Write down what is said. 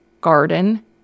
garden